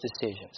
decisions